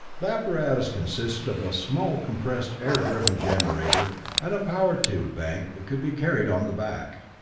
the apparatus consisted of a small compressed air-driven generator and a power tube bank that could be carried on the back.